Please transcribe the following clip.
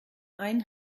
ein